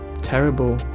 terrible